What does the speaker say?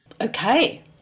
Okay